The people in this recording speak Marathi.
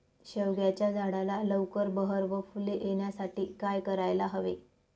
शेवग्याच्या झाडाला लवकर बहर व फूले येण्यासाठी काय करायला हवे?